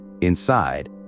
Inside